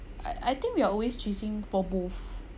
I I think we are always chasing for both